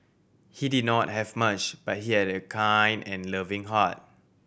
he did not have much but he had a kind and loving heart